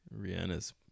Rihanna's